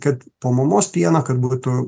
kad po mamos pieno kad būtų